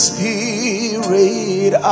Spirit